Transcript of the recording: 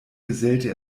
gesellte